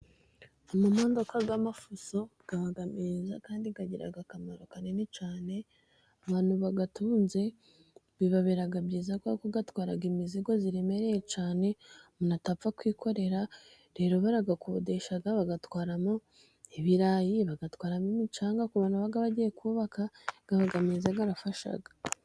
Amamodoka y'amafuso, abagameza kandi akagiraga akamaro kanini cyane, abantu bayatunze bibabera byiza, kuko atwara imizigo iremereye cyane umuntu atapfa kwikorera, rero barayakodesha, bayatwaramo ibirayi, batwara imicanga, ku baba bagiye kubaka abagameza arafashaga.